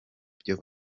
byo